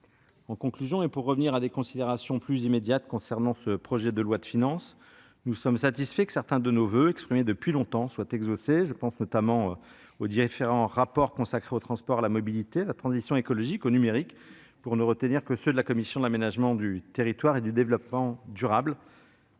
En conclusion, et pour revenir à des considérations plus immédiates concernant ce projet de loi de finances, nous sommes satisfaits de voir exaucer certains de nos voeux, exprimés de longue date. Je pense notamment aux différents rapports consacrés aux transports et à la mobilité, à la transition écologique et au numérique, pour ne retenir que les sujets relevant de la commission de l'aménagement du territoire et du développement durable.